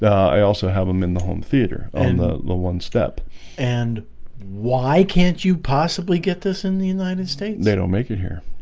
i also have them in the home theater on the the one-step and why can't you possibly get this in the united states they don't make it here?